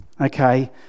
okay